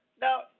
Now